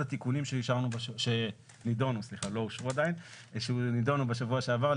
התיקונים שנידונו בשבוע שעבר